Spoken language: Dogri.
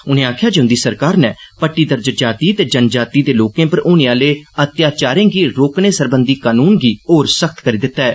उनें आक्खेआ जे उन्दी सरकार नै पट्टीदर्ज जाति ते जनजाति दे लोकें पर होने आले अत्याचारें गी रोकने सरबंधी कनून होर सख्त करी दिता ऐ